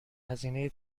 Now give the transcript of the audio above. هزینه